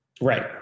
right